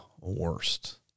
worst